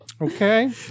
okay